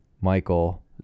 Michael